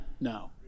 No